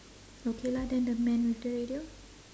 okay lah then the man with the radio